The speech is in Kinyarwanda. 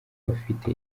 bafite